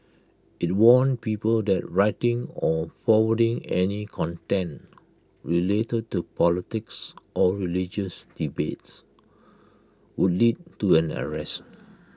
IT warned people that writing or forwarding any content related to politics or religious debates would lead to an arrest